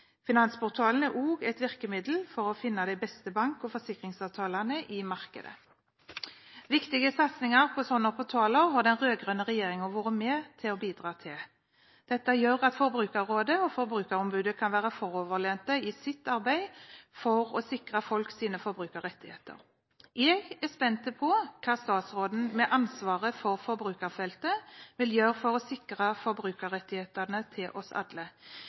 Finansportalen er også et virkemiddel for å finne de beste bank- og forsikringsavtalene i markedet. Viktig satsing på slike portaler har den rød-grønne regjeringen vært med på å bidra til. Det gjør at Forbrukerrådet og Forbrukerombudet kan være foroverlente i sitt arbeid for å sikre folks forbrukerrettigheter. Jeg er spent på hva statsråden med ansvar for forbrukerfeltet vil gjøre for å sikre forbrukerrettighetene til oss alle.